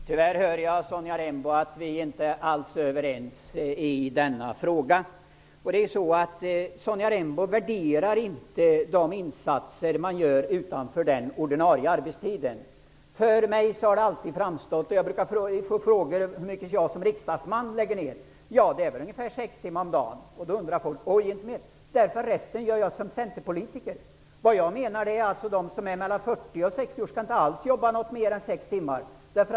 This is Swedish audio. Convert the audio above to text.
Herr talman! Tyvärr hör jag, Sonja Rembo, att vi inte alls är överens i denna fråga. Sonja Rembo värderar inte de insatser man gör utanför den ordinarie arbetstiden. Jag brukar få frågor om hur mycket tid jag lägger ner som riksdagsman. Det är väl ungefär sex timmar om dagen, säger jag. Då säger folk: Inte mer! Resten av tiden agerar jag som centerpolitiker. Jag menar att de mellan 40 och 60 år inte alls skall arbeta mer än sex timmar om dagen.